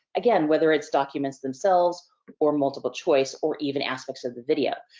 again, whether it's documents themselves or multiple choice or even aspects of the video.